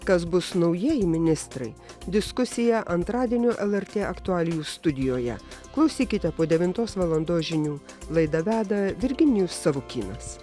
kas bus naujieji ministrai diskusija antradienio lrt aktualijų studijoje klausykite po devintos valandos žinių laidą veda virginijus savukynas